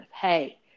Hey